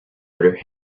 other